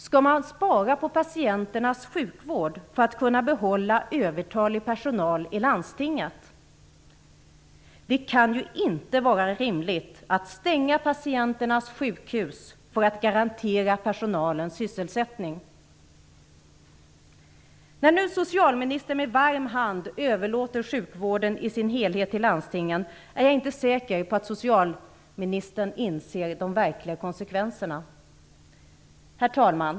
Skall man spara på patienternas sjukvård för att kunna behålla övertalig personal i landstinget? Det kan väl inte vara rimligt att stänga patienternas sjukhus för att garantera personalen sysselsättning? När nu socialministern med varm hand överlåter sjukvården i sin helhet till landstingen är jag inte säker på att socialministern inser de verkliga konsekvenserna. Herr talman!